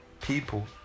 people